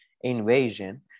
invasion